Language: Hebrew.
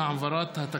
(תיקון מס' 4 והוראת שעה),